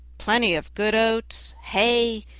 plenty of good oats, hay,